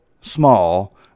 small